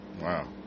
Wow